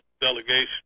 delegation